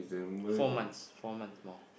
four months four months more